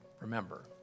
remember